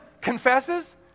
confesses